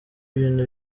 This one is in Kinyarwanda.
ibintu